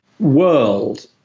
world